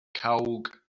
cawg